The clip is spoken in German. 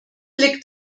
liegt